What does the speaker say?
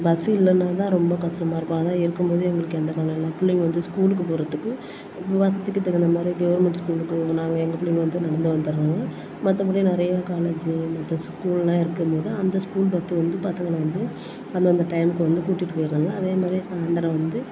bus இல்லைன்னா தான் ரொம்ப கஷ்டமா இருக்கும் அதான் இருக்கும் போதே எங்களுக்கு எந்த கவலையும் இல்லை பிள்ளைங்க வந்து ஸ்கூலுக்கு போகிறத்துக்கு வசதிக்கு தகுந்த மாதிரி கெவுர்மெண்ட் ஸ்கூலுக்கு நாங்கள் எங்கள் பிள்ளைங்க வந்து நடந்தே வந்துடுறாங்க மற்றபடி நிறையா காலேஜு மற்ற ஸ்கூல்லாம் இருக்குதுல்லையா அந்த ஸ்கூல் பஸ்ஸு வந்து பசங்களை வந்து அந்தந்த டைமுக்கு வந்து கூட்டிட்டு போயிடுறாங்க அதே மாதிரியே சாயந்தரம் வந்து